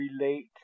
relate